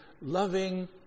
loving